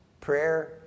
Prayer